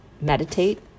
meditate